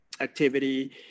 activity